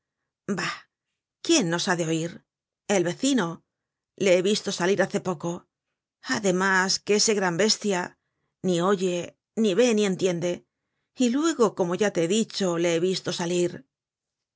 bah quién nos ha de oir el vecino le he visto salir hace poco además que ese gran bestia ni oye ni ve ni entiende y luego como ya te he dicho le he visto salir